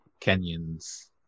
Kenyans